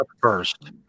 first